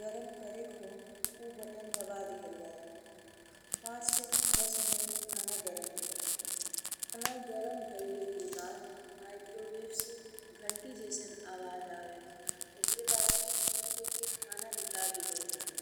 गरम करेक हो उ बटन दबा दिहल जाला पांच से दस मिनट में खाना गरम हो जाला। खाना गरम भइले के बाद माइक्रोवेव से घंटी जइसन आवाज आवेला ओकरे बाद स्विच बंद कइ के खाना निकाल दिहल जाला।